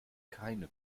keine